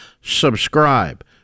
subscribe